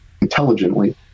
intelligently